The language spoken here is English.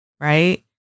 right